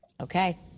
Okay